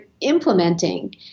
implementing